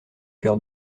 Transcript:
cœur